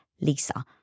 Lisa